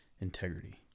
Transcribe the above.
integrity